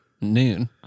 noon